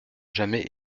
jamais